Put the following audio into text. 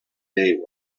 day